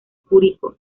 curicó